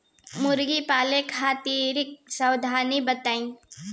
मुर्गी पालन खातिर सावधानी बताई?